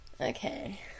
Okay